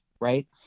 right